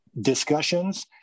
discussions